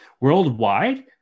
worldwide